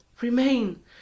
Remain